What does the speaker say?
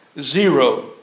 zero